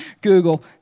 Google